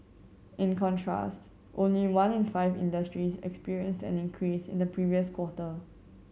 in contrast only one in five industries experienced an increase in the previous quarter